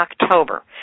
October